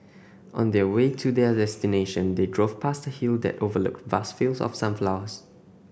on their way to their destination they drove past a hill that overlooked vast fields of sunflowers